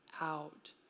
out